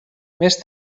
més